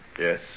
Yes